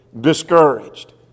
discouraged